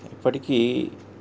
ఇప్పటికీ